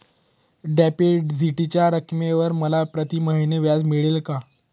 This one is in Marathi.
डिपॉझिटच्या रकमेवर मला प्रतिमहिना व्याज मिळेल का?